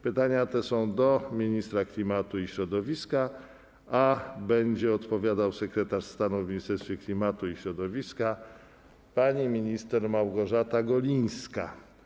Pytanie jest skierowane do ministra klimatu i środowiska, a będzie odpowiadała sekretarz stanu w Ministerstwie Klimatu i Środowiska pani minister Małgorzata Golińska.